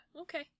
Okay